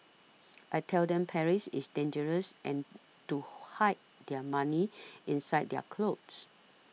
I tell them Paris is dangerous and to hide their money inside their clothes